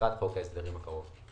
לקראת חוק ההסדרים הקרוב.